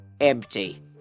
empty